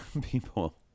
people